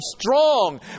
strong